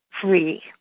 free